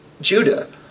Judah